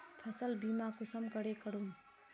फसल बीमा कुंसम करे करूम?